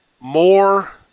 more